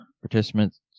participants